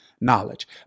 knowledge